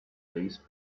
days